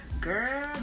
girl